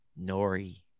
Nori